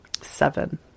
Seven